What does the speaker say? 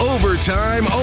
Overtime